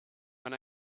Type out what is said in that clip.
when